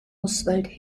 oswald